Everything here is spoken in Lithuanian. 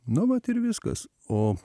nu vat ir viskas o